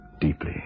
Deeply